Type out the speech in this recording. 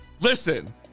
listen